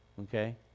Okay